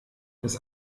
das